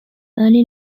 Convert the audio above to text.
early